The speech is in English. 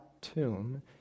tomb